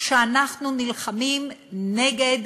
שאנחנו נלחמים נגד